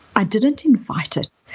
i didn't invite it,